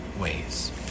ways